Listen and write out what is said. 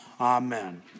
amen